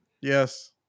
yes